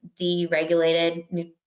deregulated